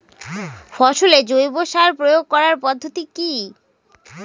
ফসলে জৈব সার প্রয়োগ করার পদ্ধতি কি?